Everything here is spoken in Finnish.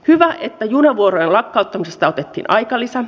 hyvä että junavuorojen lakkauttamisessa otettiin aikalisä